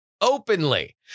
openly